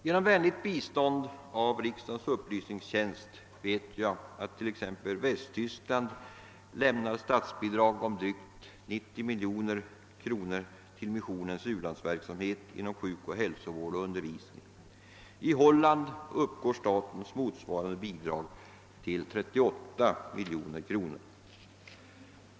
Genom vänligt bistånd av riksdagens upplysningstjänst har jag fått veta att t.ex. Västtyskland lämnar statsbidrag om drygt 90 miljoner kronor till missionens u-landsverksamhet inom sjukoch hälsovård samt undervisning. I Holland uppgår statens motsvarande bidrag till 38 miljoner kronor.